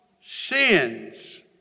sins